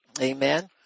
Amen